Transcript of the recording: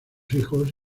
hijos